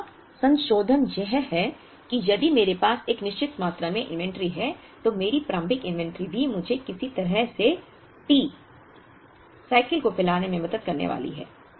यहाँ संशोधन यह है कि यदि मेरे पास एक निश्चित मात्रा में इन्वेंट्री है तो मेरी प्रारंभिक इन्वेंट्री भी मुझे किसी तरह से T साइकिल को फैलाने में मदद करने वाली है